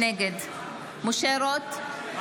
נגד משה רוט,